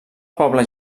poble